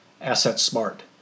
Asset-smart